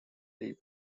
live